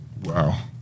Wow